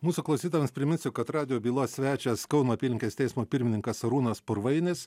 mūsų klausytojams priminsiu kad radijo bylos svečias kauno apylinkės teismo pirmininkas arūnas purvainis